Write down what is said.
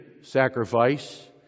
sacrifice